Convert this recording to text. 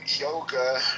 yoga